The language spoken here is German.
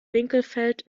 winkelfeld